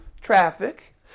traffic